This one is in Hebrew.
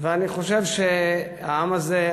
ואני חושב שהעם הזה,